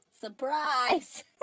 Surprise